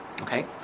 Okay